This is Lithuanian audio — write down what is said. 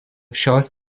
šios